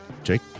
Jake